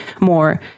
more